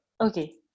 okay